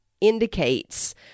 indicates